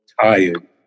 Tired